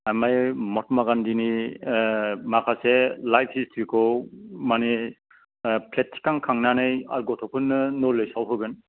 आमफ्राय महात्मा गान्धिनि माखासेे लाइफ हिसट्रिखौ मानि फ्लेग थिखां खांनानै गथ'फोरनो नलेजयाव होगोन